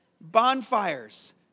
Bonfires